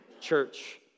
church